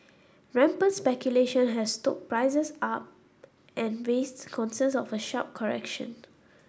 rampant speculation has stoked prices are and raised concerns of a sharp correction